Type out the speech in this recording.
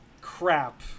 crap